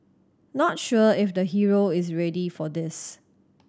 not sure if the hero is ready for this